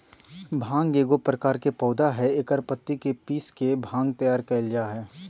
भांग एगो प्रकार के पौधा हइ एकर पत्ति के पीस के भांग तैयार कइल जा हइ